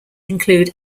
include